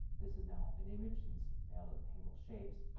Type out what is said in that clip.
this is now an image since mail doesn't handle shapes.